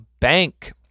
Bank